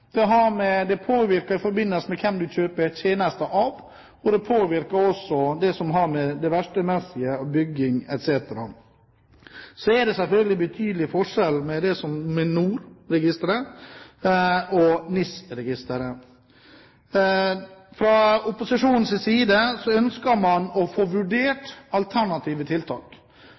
tror mange med meg. Det påvirker muligheten til i større grad å kunne ha norsk mannskap om bord i båtene, det påvirker hvem du kjøper tjenester av, og det påvirker også det som har med det verkstedmessige å gjøre, bygging etc. Så er det selvfølgelig betydelig forskjell med hensyn til NOR-registeret og NIS-registeret. Fra opposisjonens side ønsker man å få vurdert